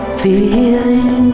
feeling